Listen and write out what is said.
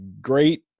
Great